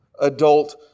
adult